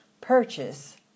purchase